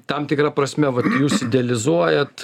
tam tikra prasme jūs idealizuojat